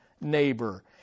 neighbor